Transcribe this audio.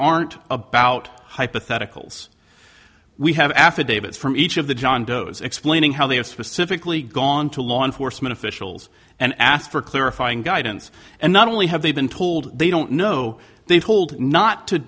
aren't about hypotheticals we have affidavits from each of the john doe's explaining how they have specifically gone to law enforcement officials and asked for clarifying guidance and not only have they been told they don't know they told not to